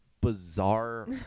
bizarre